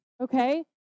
okay